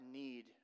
need